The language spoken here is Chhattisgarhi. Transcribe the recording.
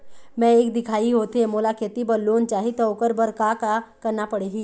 मैं एक दिखाही होथे मोला खेती बर लोन चाही त ओकर बर का का करना पड़ही?